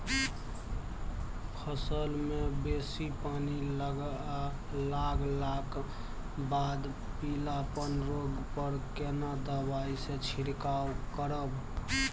फसल मे बेसी पानी लागलाक बाद पीलापन रोग पर केना दबाई से छिरकाव करब?